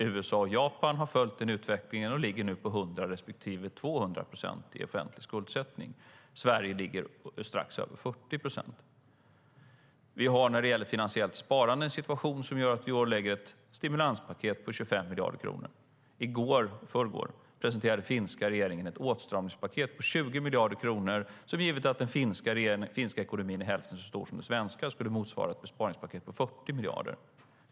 USA och Japan har följt den utvecklingen och ligger nu på 100 respektive 200 procent i offentlig skuldsättning. Sverige ligger strax över 40 procent. När det gäller finansiellt sparande har vi en situation som gör att vi i år lägger ett stimulanspaket på 25 miljarder kronor. I förrgår presenterade den finska regeringen ett åtstramningspaket på 20 miljarder kronor som, givet att den finska ekonomin är hälften så stor som den svenska, skulle motsvara ett besparingspaket på 40 miljarder kronor.